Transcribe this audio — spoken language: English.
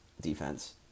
defense